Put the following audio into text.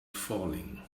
falling